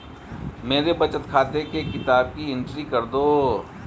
मेरे बचत खाते की किताब की एंट्री कर दो?